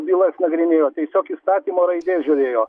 bylas nagrinėjo tiesiog įstatymo raidės žiūrėjo